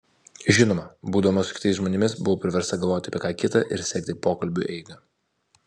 žinoma būdama su kitais žmonėmis buvau priversta galvoti apie ką kita ir sekti pokalbių eigą